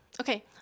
okay